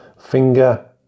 Finger